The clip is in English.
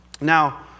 Now